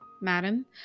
Madam